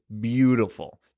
beautiful